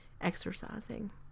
exercising